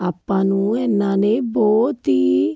ਆਪਾਂ ਨੂੰ ਇਹਨਾਂ ਨੇ ਬਹੁਤ ਹੀ